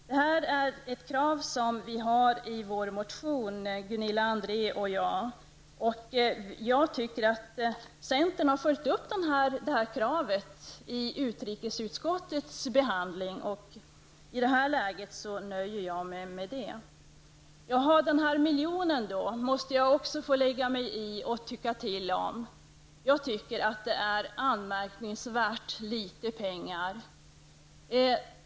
Det här är ett krav som Gunilla André och jag har i vår motion. Jag tycker att centern har följt upp detta krav i utrikesutskottets behandling. I det här läget nöjer jag mig med det. Jag måste också få lägga mig i diskussionen om den här miljonen och tycka till om den. Det är fråga om anmärkningsvärt litet pengar.